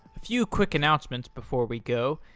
few quick announcements before we go.